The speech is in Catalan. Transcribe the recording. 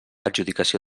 adjudicació